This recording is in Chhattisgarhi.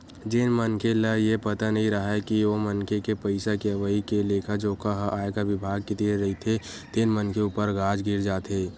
जेन मनखे ल ये पता नइ राहय के ओ मनखे के पइसा के अवई के लेखा जोखा ह आयकर बिभाग के तीर रहिथे तेन मनखे ऊपर गाज गिर जाथे